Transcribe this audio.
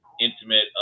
Intimate